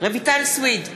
רויטל סויד,